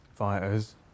fighters